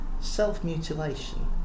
self-mutilation